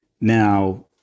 Now